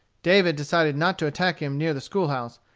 david decided not to attack him near the school-house,